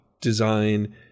design